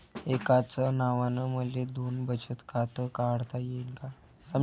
एकाच नावानं मले दोन बचत खातं काढता येईन का?